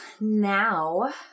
now